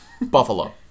Buffalo